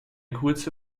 kurze